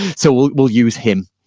so, we'll we'll use him.